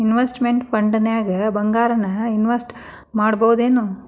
Investment ಫಂಡ್ದಾಗ್ ಭಂಗಾರಾನ invest ಮಾಡ್ಬೊದೇನು?